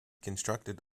constructed